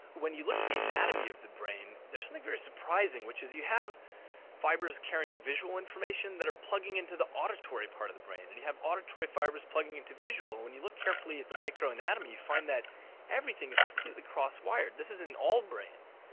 when you look at the anatomy of the brain there's something very surprising, which is you have fibres carrying visual information that are plugging into the auditory part of the brain. and you have auditory fibres plugging into visual, and when you look carefully at the micro-anatomy you find that everything is completely cross-wired. this is in all brains.